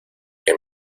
que